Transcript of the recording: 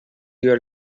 your